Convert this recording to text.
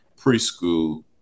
preschool